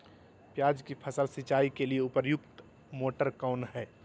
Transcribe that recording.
प्याज की फसल सिंचाई के लिए उपयुक्त मोटर कौन है?